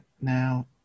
now